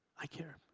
i care.